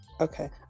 Okay